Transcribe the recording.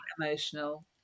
emotional